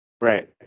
Right